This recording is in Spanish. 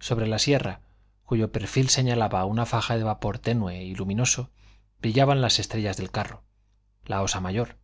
sobre la sierra cuyo perfil señalaba una faja de vapor tenue y luminoso brillaban las estrellas del carro la osa mayor